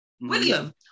William